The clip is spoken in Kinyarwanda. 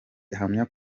ahamya